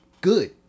good